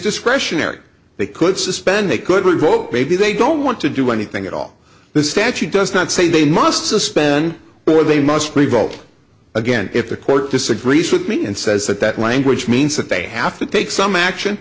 discretionary they could suspend they could vote maybe they don't want to do anything at all the stand she does not say they must suspend or they must vote again if the court disagrees with me and says that that language means that they have to take some action